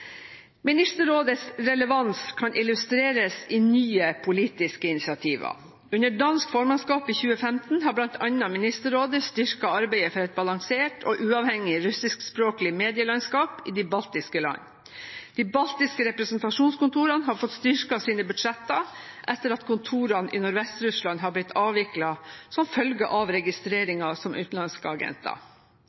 Ministerrådets relevans kan illustreres i nye politiske initiativer. Under dansk formannskap i 2015 har bl.a. Ministerrådet styrket arbeidet for et balansert og uavhengig russiskspråklig medielandskap i de baltiske landene. De baltiske representasjonskontorene har fått styrket sine budsjetter etter at kontorene i Nordvest-Russland har blitt avviklet som følge av registreringen som utenlandske